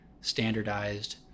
standardized